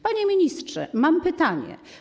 Panie ministrze, mam pytanie.